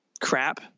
crap